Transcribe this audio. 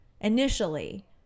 initially